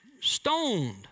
stoned